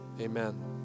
Amen